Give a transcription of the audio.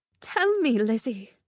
tell me, lizzy!